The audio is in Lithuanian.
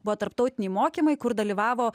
buvo tarptautiniai mokymai kur dalyvavo